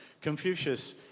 Confucius